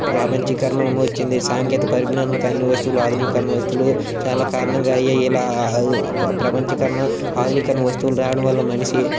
గ్రామంచికరణము వచ్చింది సాంకేతికపరిజ్ఞానంతో అన్నీ వస్తువులు ఆధునీకరణ వస్తువులు చాలా కారణంగా అయ్యాయి ఇలా ప్రపంచీకరణ ఆధునీకరణ వస్తువులు రావడం వలన మనిషి